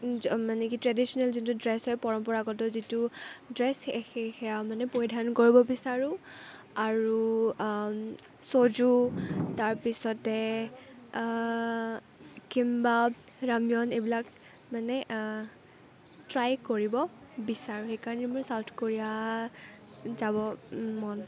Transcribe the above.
মানে কি ট্ৰেডিশ্যনেল যোনটো ড্ৰেচ হয় পৰম্পৰাগত যিটো ড্ৰেচ সেয়া মানে পৰিধান কৰিব বিচাৰোঁ আৰু চজু তাৰ পিছতে কিমবাব ৰামিয়ন এইবিলাক মানে ট্ৰাই কৰিব বিচাৰোঁ সেইকাৰণে মই চাউথ কোৰিয়া যাব মন